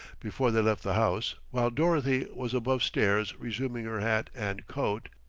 before they left the house, while dorothy was above stairs resuming her hat and coat,